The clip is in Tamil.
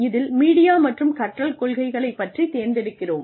இதில் மீடியா மற்றும் கற்றல் கொள்கைகளைப் பற்றித் தேர்ந்தெடுக்கிறோம்